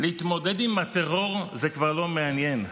להתמודד עם הטרור זה כבר לא מעניין.